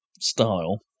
style